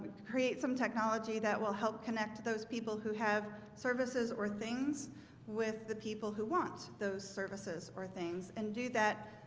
create some technology that will help connect those people who have services or things with the people who want those services or things and do that?